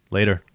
Later